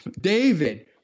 David